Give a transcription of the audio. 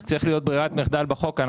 וזה צריך להיות ברירת מחדל בחוק.